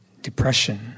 depression